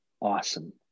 awesome